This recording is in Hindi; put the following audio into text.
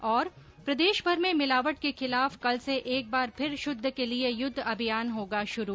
्र प्रदेशभर में मिलावट के खिलाफ कल से एक बार फिर शुद्ध के लिये युद्ध अभियान होगा शुरू